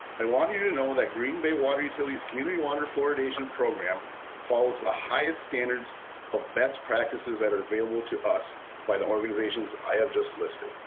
i want you to know that green bay water utility's community water fluoridation program follows the highest standards of best practices that are available to us by the organizations i have just listed.